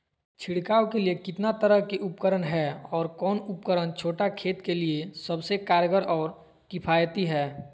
छिड़काव के लिए कितना तरह के उपकरण है और कौन उपकरण छोटा खेत के लिए सबसे कारगर और किफायती है?